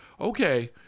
Okay